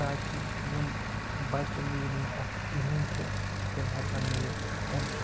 تاکہِ یِم بَچَن نہٕ یی نہٕ یہِ اَتھِ کِہیٖنۍ تہٕ تِم ہٮ۪کَن نہٕ یہِ أمۍ سُنٛد